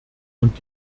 und